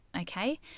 okay